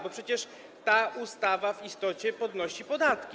Bo przecież ta ustawa w istocie podnosi podatki.